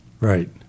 Right